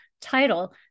title